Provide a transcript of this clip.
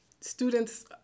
students